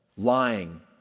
lying